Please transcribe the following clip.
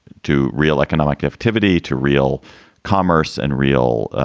to real economic activity, to real commerce and real